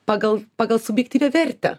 pagal pagal subjektyvią vertę